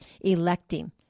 electing